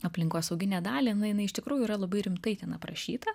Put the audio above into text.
aplinkosauginę dalį jinai iš tikrųjų yra labai rimtai ten aprašyta